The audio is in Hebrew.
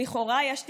לכאורה יש תקשורת,